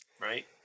right